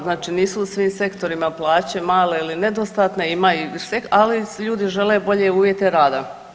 Znači nisu u svim sektorima plaće male ili nedostatne, ima i, ali ljudi žele bolje uvjete rada.